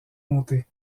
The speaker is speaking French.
montée